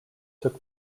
took